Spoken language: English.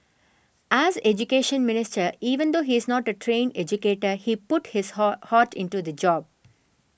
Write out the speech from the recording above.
as Education Minister even though he is not a trained educator he put his heart heart into the job